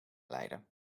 leiden